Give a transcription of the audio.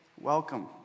Welcome